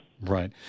Right